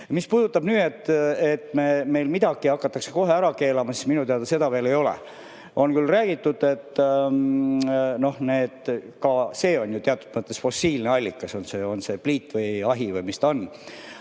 Mis puudutab seda, et meil midagi hakatakse kohe ära keelama, siis minu teada seda veel ei ole. On küll räägitud, et ka see on ju teatud mõttes fossiilne allikas, on see pliit või ahi või mis ta on.